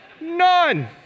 None